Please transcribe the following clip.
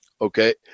Okay